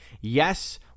Yes